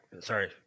Sorry